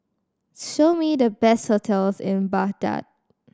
show me the best hotels in Baghdad